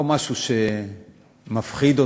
לא משהו שמפחיד אותי.